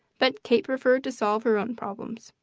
but kate preferred to solve her own problems.